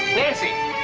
nancy